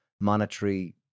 monetary